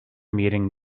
meeting